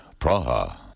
Praha